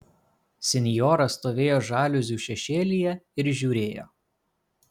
sinjora stovėjo žaliuzių šešėlyje ir žiūrėjo